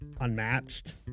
unmatched